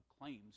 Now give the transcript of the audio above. claims